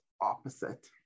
opposite